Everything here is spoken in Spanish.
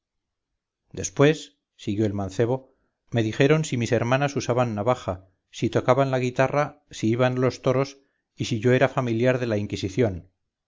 después siguió el mancebo me dijeron si mis hermanas usaban navaja si tocaban la guitarra si iban a los toros y si yo era familiar de la inquisición